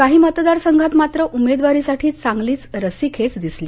काही मतदारसंघांत मात्र उमेदवारीसाठी चांगलीच रस्सीखेच दिसली